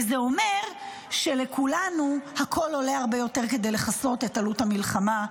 וזה אומר שלכולנו הכול עולה הרבה יותר כדי לכסות את עלות המלחמה,